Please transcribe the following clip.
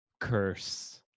curse